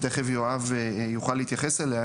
תיכף יואב יוכל להתייחס אליה,